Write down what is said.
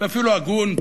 ואפילו הגון,